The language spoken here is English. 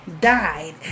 Died